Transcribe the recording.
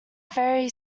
very